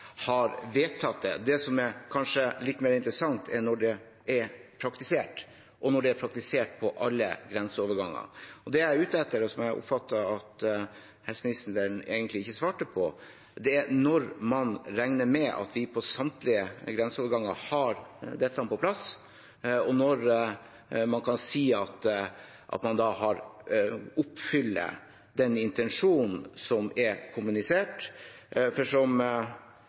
har vedtatt det. Det som er kanskje litt mer interessant, er når det er praktisert, og når det er praktisert på alle grenseovergangene. Det jeg er ute etter, og som jeg oppfattet at helseministeren egentlig ikke svarte på, er når man regner med at vi på samtlige grenseoverganger har dette på plass, og når man kan si at man oppfyller den intensjonen som er kommunisert. For som